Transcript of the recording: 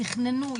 תכננו,